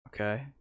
Okay